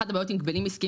דוחות כבדים המספרים